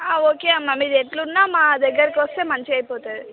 okay అమ్మ మీది ఎట్ల ఉన్న మా దగ్గరకి వస్తే మంచిగా అయిపోతుంది అట్ల